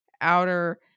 Outer